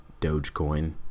Dogecoin